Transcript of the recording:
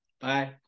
Bye